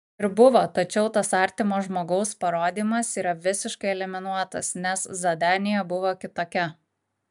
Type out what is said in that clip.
ir buvo tačiau tas artimo žmogaus parodymas yra visiškai eliminuotas nes zadanija buvo kitokia